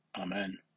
Amen